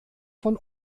von